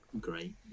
great